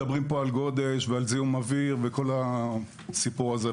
מדברים פה על גודש וזיהום אוויר וכל הסיפור הזה,